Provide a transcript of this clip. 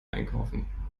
einkaufen